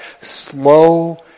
slow